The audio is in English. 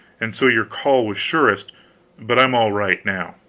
and so your call was surest but i'm all right now.